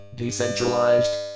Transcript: decentralized